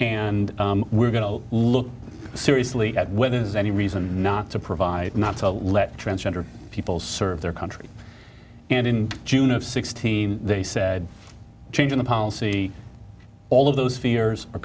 and we're going to look seriously at whether there's any reason not to provide not to let transgendered people serve their country and in june of sixteen they said changing the policy all of those fears are